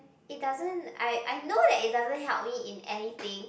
it doesn't I I know that it doesn't help me in anything